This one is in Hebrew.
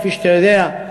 כפי שאתה יודע,